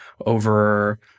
over